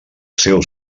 seu